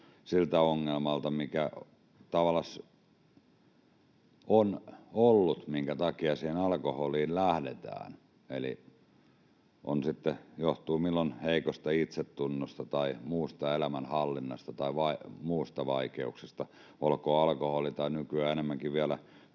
siltä ongelmalta, mikä tavallaan on ollut, minkä takia siihen alkoholiin lähdetään, johtuu se sitten heikosta itsetunnosta tai muusta elämänhallinnasta tai muista vaikeuksista, olkoon alkoholi tai muu — nykyään voisi